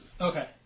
Okay